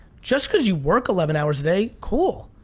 just cause you work eleven hours a day, cool,